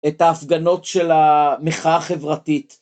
את ההפגנות של המחאה החברתית.